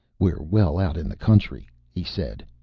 we're well out in the country, he said.